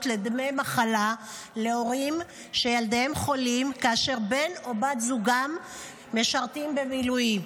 לדמי מחלה להורים שילדיהם חולים כאשר בן או בת זוג גם משרתים במילואים.